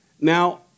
Now